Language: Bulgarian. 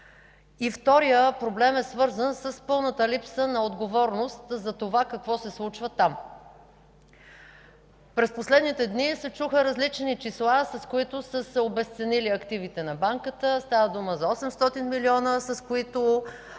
Вторият проблем е свързан с пълната липса на отговорност за това какво се случва там. През последните дни се чуха различни числа, с които са се обезценили активите на Банката. Става дума за 800 милиона, с които